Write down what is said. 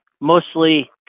mostly